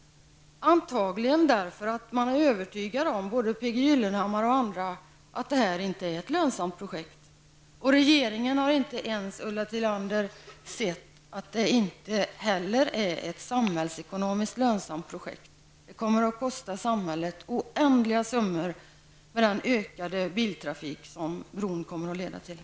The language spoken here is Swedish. Anledningen till detta är antagligen att både P G Gyllenhammar och andra har blivit övertygade om att detta inte är något lönsamt projekt. Och regeringen har inte ens, Ulla Tillander, sett att det inte heller är ett samhällsekonomiskt lönsamt projekt. Det kommer att kosta samhället oändliga summor på grund av den ökade biltrafik som bron kommer att leda till.